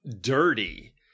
dirty